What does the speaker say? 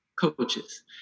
coaches